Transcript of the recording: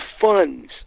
funds